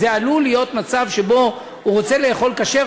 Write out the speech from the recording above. עלול להיות מצב שבו הוא רוצה לאכול כשר,